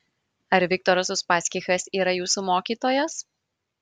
ar viktoras uspaskichas yra jūsų mokytojas